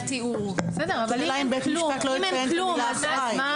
השאלה אם בית המשפט לא יציין את המילה אחראי.